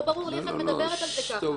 לא ברור לי איך את מדברת על זה ככה.